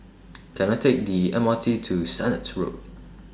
Can I Take The M R T to Sennett Road